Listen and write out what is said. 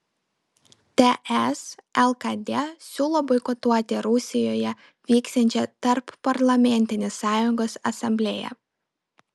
ts lkd siūlo boikotuoti rusijoje vyksiančią tarpparlamentinės sąjungos asamblėją